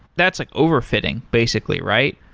that's like overfitting basically, right?